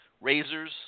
Razors